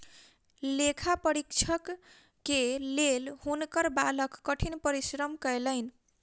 लेखा परीक्षक के लेल हुनकर बालक कठिन परिश्रम कयलैन